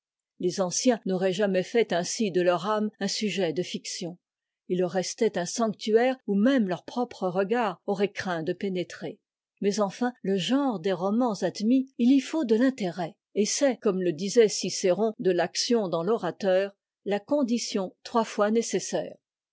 les anciens n'auraient jamais fait ainsi de leur âme un sujet de fiction il leur restait un sanctuaire où même leur propre regard aurait craint de pénétrer mais enfin le genre des romans admis il y faut de l'intérêt et c'est comme le disait cicéron de l'action dans l'orateur la condition trois fois nécessaire